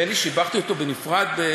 בני, שיבחתי אותו בנפרד.